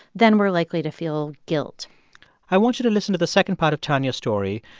then we're likely to feel guilt i want you to listen to the second part of tonia's story.